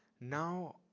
now